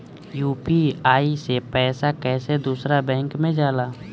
UPI से पैसा कैसे दूसरा बैंक मे जाला?